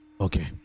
Okay